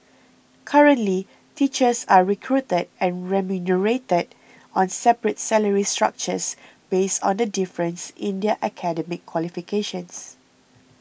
currently teachers are recruited and remunerated on separate salary structures based on the difference in their academic qualifications